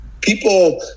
people